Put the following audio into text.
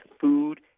food